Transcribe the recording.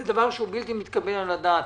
זה דבר שהוא בלתי מתקבל על הדעת.